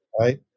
right